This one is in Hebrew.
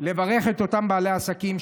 לברך את אותם בעלי עסקים,